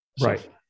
Right